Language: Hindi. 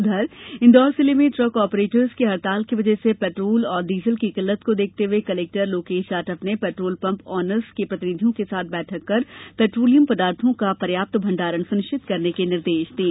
उधर इंदौर जिले में ट्रक ऑपरेटर्स की हड़ताल की वजह से पेट्रोल और डीजल की किल्लत को देखते हुए कलेक्टर लोकेश जाटव ने पेट्रोल पंप ऑनर्स के प्रतिनिधियों के साथ बैठक कर पेट्रोलियम पदार्थों का पर्याप्त भण्डारण सुनिश्चित करने के निर्देश दिए